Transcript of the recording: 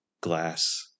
Glass